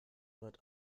wird